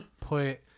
put